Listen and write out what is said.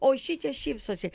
o šičia šypsosi